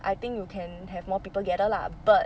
I think you can have more people gather lah but